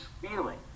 feeling